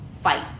fight